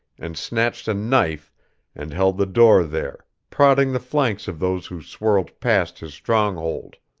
and snatched a knife and held the door there, prodding the flanks of those who swirled past his stronghold.